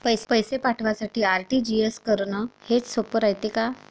पैसे पाठवासाठी आर.टी.जी.एस करन हेच सोप रायते का?